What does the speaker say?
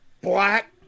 black